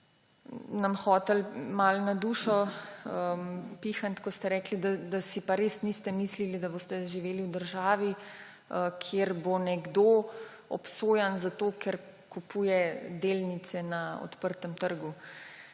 glasu hoteli malo na dušo pihniti, ko ste rekli, da si pa res niste mislili, da boste živeli v državi, kjer bo nekdo obsojen zato, ker kupuje delnice na odprtem trgu.